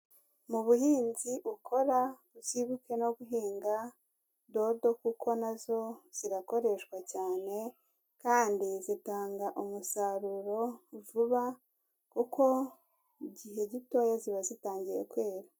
Mu buhinzi ukora uzibuke no guhinga dodo kuko na zo zirakoreshwa cyane kandi zitanga umusaruro vuba kuko mu gihe gitoya ziba zitangiye kwera.